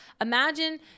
Imagine